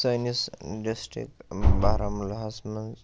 سٲنِس ڈِسٹِرک بارہمَلہس منٛز